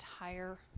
entire